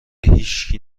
هیشکی